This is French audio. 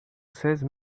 seize